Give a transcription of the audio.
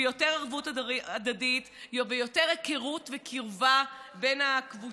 עם יותר ערבות הדדית ויותר היכרות וקרבה בין הקבוצות,